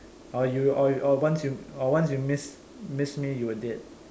or you or or once you or once you miss miss me you're dead